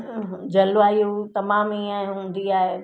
जलवायु तमामु हीअं हूंदी आहे